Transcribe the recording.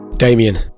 Damien